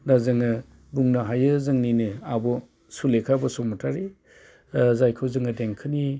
दा जोङो बुंनो हायो जोंनिनो आब' सुलेखा बसुमतारि जायखौ जोङो देंखोनि